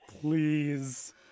please